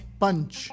punch